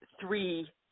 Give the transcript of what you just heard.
three